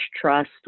trust